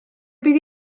bydd